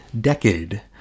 decade